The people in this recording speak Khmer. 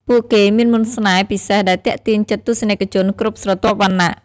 ពួកគេមានមន្តស្នេហ៍ពិសេសដែលទាក់ទាញចិត្តទស្សនិកជនគ្រប់ស្រទាប់វណ្ណៈ។